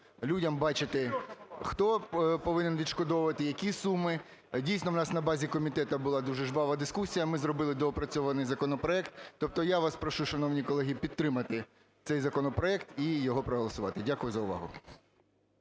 людям бачити, хто повинен відшкодовувати, які суми. Дійсно у нас на базі комітету була дуже жвава дискусія. Ми зробили доопрацьований законопроект. Тобто я вас прошу, шановні колеги, підтримати цей законопроект і його проголосувати. Дякую за увагу.